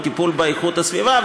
וטיפול באיכות הסביבה,